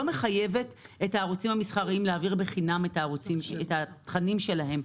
מחייבת את הערוצים המסחריים להעביר בחינם את התכנים שלהם,